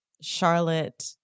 Charlotte